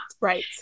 Right